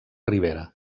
ribera